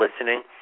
listening